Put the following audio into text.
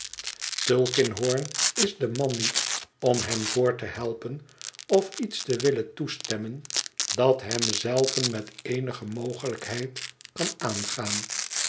tulkinghorn is de man niet om hem voort te helpen of iets te willen toestemmen dat hem zelven met eenige mogelijkheid kan aangaan